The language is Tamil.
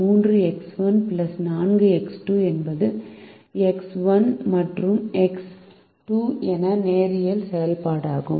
3 எக்ஸ் 1 4 எக்ஸ் 2 என்பது எக்ஸ் 1 மற்றும் எக்ஸ் 2 இன் நேரியல் செயல்பாடாகும்